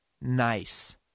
nice